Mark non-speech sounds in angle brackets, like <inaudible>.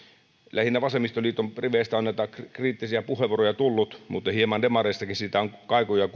lähinnä vasemmistoliiton riveistä on näitä kriittisiä puheenvuoroja tullut mutta hieman demareistakin siitä on kaikuja <unintelligible>